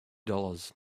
dollars